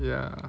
ya